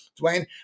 Dwayne